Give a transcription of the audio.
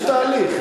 יש תהליך.